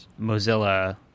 Mozilla